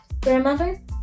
grandmother